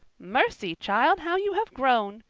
mercy, child, how you have grown!